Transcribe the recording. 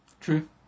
True